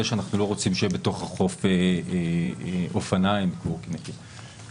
שאנחנו לא רוצים שיהיו אופניים או קורקינטים בתוך החוף.